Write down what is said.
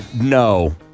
no